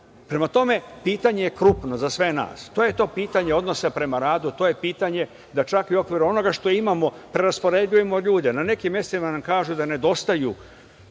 Prema tome, pitanje je krupno za sve nas. To je to pitanje odnosa prema radu, to je pitanje da čak i u okviru onoga što imamo raspoređujemo ljude. Na nekim mestima nam kažu da nedostaju